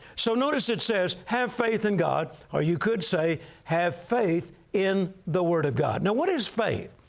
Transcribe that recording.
so notice it says, have faith in god, or you could say have faith in the word of god. now, what is faith?